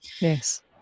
yes